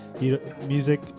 Music